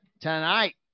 tonight